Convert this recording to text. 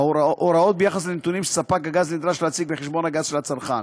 הוראות ביחס לנתונים שספק הגז נדרש להציג בחשבון הגז של הצרכן,